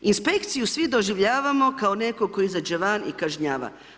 Inspekciju svi doživljavamo kao nekog tko izađe van i kažnjava.